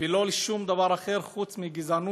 ולא לשום דבר אחר, חוץ מגזענות.